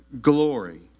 glory